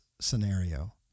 scenario